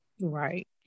Right